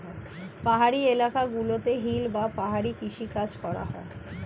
পাহাড়ি এলাকা গুলোতে হিল বা পাহাড়ি কৃষি কাজ করা হয়